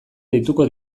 deituko